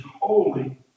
holy